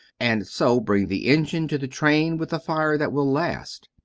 and so bring the engine to the train with a fire that will last.